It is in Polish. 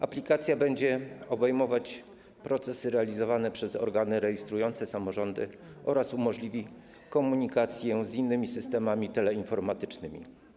Aplikacja będzie obejmować procesy realizowane przez organy rejestrujące, samorządy oraz umożliwi komunikację z innymi systemami teleinformatycznymi.